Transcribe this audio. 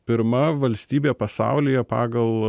pirma valstybė pasaulyje pagal